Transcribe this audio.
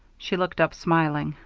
she looked up, smiling.